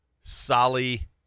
Sally